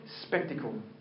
spectacle